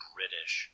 British